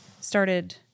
started –